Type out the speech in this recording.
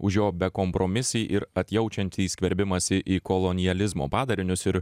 už jo bekompromisį ir atjaučiantį skverbimąsi į kolonializmo padarinius ir